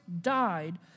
died